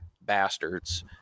bastards